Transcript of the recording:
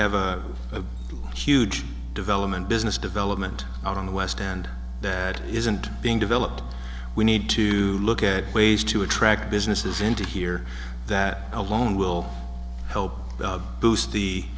have a huge development business development out in the west and that isn't being developed we need to look at ways to attract businesses into here that alone will help boost the